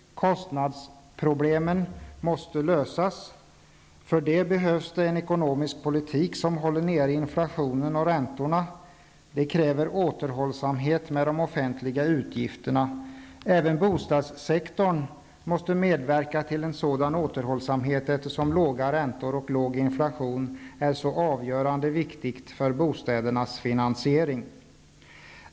Kostnadsproblemen måste lösas. Därför behövs en ekonomisk politik som håller nere inflationen och räntorna. Det kräver återhållsamhet med de offentliga utgifterna. Även bostadssektorn måste medverka till en sådan återhållsamhet, eftersom låga räntor och låg inflation är så avgörande och viktigt för bostädernas finansiering.